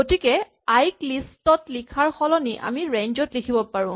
গতিকে আই ক লিষ্ট ত লিখাৰ সলনি আমি ৰেঞ্জ ত লিখিব পাৰো